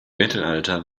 mittelalter